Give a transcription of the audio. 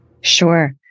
Sure